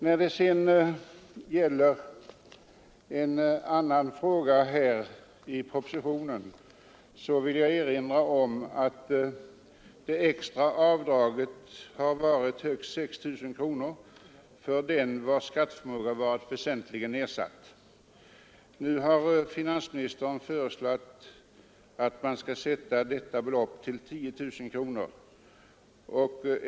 När det gäller en annan punkt i propositionen vill jag erinra om att det extra avdraget har varit högst 6 000 kronor för den vars skatteförmåga varit väsentligen nedsatt. Nu har finansministern föreslagit att beloppet skall sättas till 10 000 kronor.